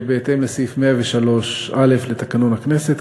בהתאם לסעיף 103(א) לתקנון הכנסת,